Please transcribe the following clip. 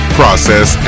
process